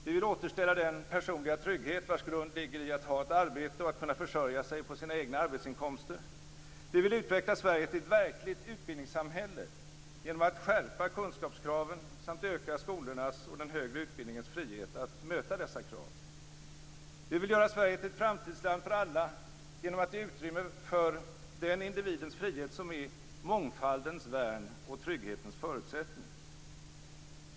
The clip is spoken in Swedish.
Vi vill återställa den personliga trygghet vars grund ligger i att ha ett arbete och att kunna försörja sig på sina egna arbetsinkomster. Vi vill utveckla Sverige till ett verkligt utbildningssamhälle genom att skärpa kunskapskraven samt öka skolornas och den högre utbildningens frihet att möta dessa krav. Vi vill göra Sverige till ett framtidsland för alla genom att ge utrymme för den individens frihet som är mångfaldens värn och trygghetens förutsättning.